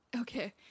Okay